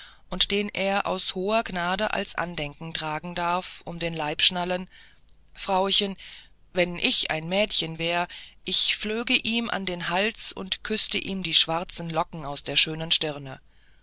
und den er aus hoher gnade als andenken tragen darf um den leib schnallen frauchen wenn ich ein mädchen wäre ich flöge ihm an den hals und küßte ihm die schwarzen locken aus der schönen stirne